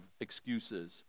excuses